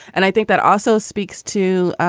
and i think that also speaks to